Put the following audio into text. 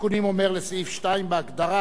בהגדרה "רשות ביטחון",